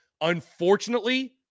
unfortunately